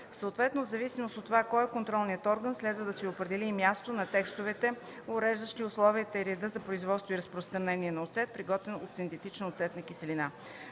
Съответно в зависимост от това кой е контролният орган следва да се определи и мястото на текстовете, уреждащи условията и реда за производството и разпространението на оцет, приготвен от синтетична оцетна киселина.